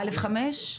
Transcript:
א/5?